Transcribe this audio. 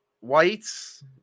whites